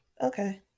okay